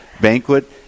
banquet